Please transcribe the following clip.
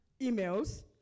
emails